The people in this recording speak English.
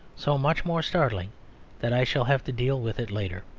so much more startling that i shall have to deal with it later.